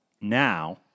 now